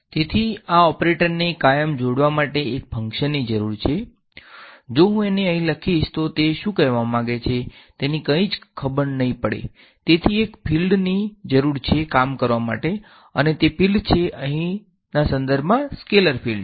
તેથી આ ઓપરેટર્સને કાયમ જોડવા માટે એક ફંકશન ની જરૂર છે જો હું એને અહીં લખીશ તો તે શું કહેવા માંગે છે તેની કંઈ જ ખબર નહીં પડે તેની એક ફિલ્ડ ની જરૂર છે કામ કરવા માટે અને તે ફિલ્ડ છે અહીના સંદર્ભમાં સ્કેલર ફીલ્ડ